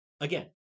again